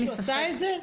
מישהו עשה את זה?